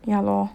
yeah lor